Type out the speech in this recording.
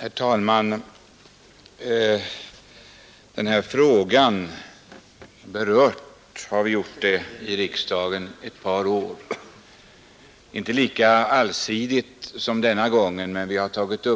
Herr talman! Den här frågan har berörts av riksdagen under ett par år — inte lika allsidigt som denna gång, men vi har behandlat